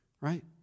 right